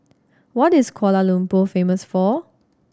what is Kuala Lumpur famous for